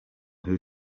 who